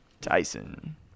Tyson